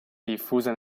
diffusa